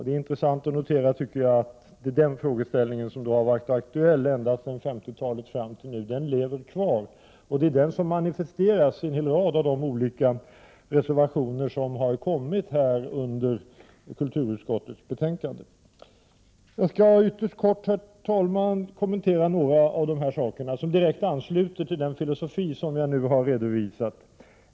Det är intressant att notera att den frågeställningen, som varit aktuell ända sedan 1950-talet, lever kvar. Det är den som manifesteras i en hel rad av de reservationer som avgivits till kulturutskottets betänkande. Jag skall ytterst kort, herr talman, kommentera några saker som direkt ansluter till den filosofi som jag nu har redovisat.